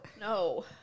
No